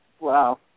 Wow